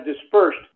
dispersed